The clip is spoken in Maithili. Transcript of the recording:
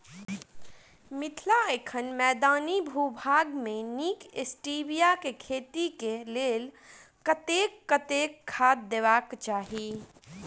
मिथिला एखन मैदानी भूभाग मे नीक स्टीबिया केँ खेती केँ लेल कतेक कतेक खाद देबाक चाहि?